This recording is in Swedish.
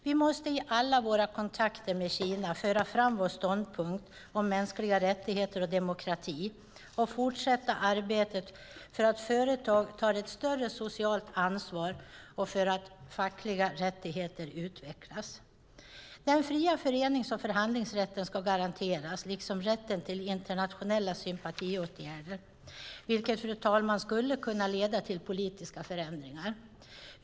Vi måste i alla våra kontakter med Kina föra fram vår ståndpunkt om mänskliga rättigheter och demokrati och fortsätta arbetet för att företag ska ta ett större socialt ansvar och för att fackliga rättigheter ska utvecklas. Den fria förenings och förhandlingsrätten ska garanteras liksom rätten till internationella sympatiåtgärder, vilket, fru talman, skulle kunna leda till politiska förändringar.